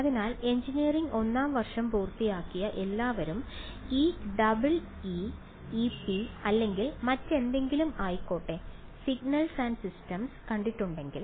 അതിനാൽ എഞ്ചിനീയറിംഗ് ഒന്നാം വർഷം പൂർത്തിയാക്കിയ എല്ലാവരും അത് ഡബിൾ ഇ ഇപി അല്ലെങ്കിൽ മറ്റെന്തെങ്കിലും ആയിക്കോട്ടെ സിഗ്നൽസ് ആൻഡ് സിസ്റ്റംസ് കണ്ടിട്ടുണ്ടെങ്കിൽ